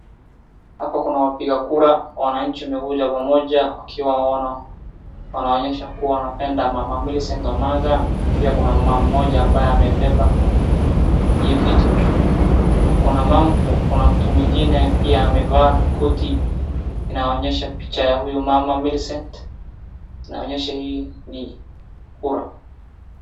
Hapo kuna wapiga kura, wananchi wamekuja pamoja wakiwa wanaonyesha kuwa wanapenda mama Millicent Omanga na pia kuna mama mmoja ambaye amebeba hiyo kitu juu, kuna mtu mwingine pia amevaa koti inaonyesha picha ya huyu mama Millicent, inaonyesha hii ni kura.